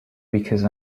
because